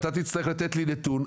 ואתה תצטרך לתת לי נתון,